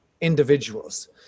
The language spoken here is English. individuals